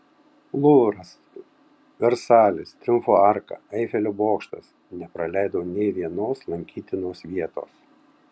luvras versalis triumfo arka eifelio bokštas nepraleidau nė vienos lankytinos vietos